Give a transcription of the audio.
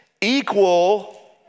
equal